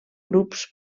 grups